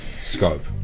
scope